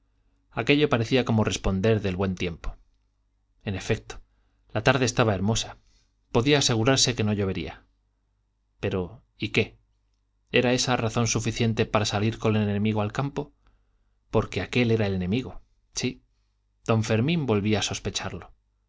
aquello parecía como responder del buen tiempo en efecto la tarde estaba hermosa podía asegurarse que no llovería pero y qué era esa razón suficiente para salir con el enemigo al campo porque aquel era el enemigo sí don fermín volvía a sospecharlo